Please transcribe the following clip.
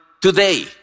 today